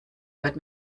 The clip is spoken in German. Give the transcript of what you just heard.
word